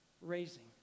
raising